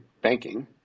banking